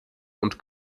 und